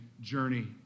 journey